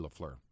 LaFleur